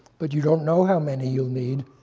but you don't know how many you'll need.